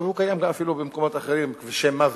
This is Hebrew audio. והוא קיים אפילו במקומות אחרים: כבישי מוות.